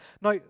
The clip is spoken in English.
Now